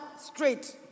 straight